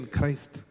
Christ